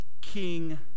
king